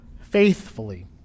faithfully